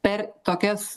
per tokias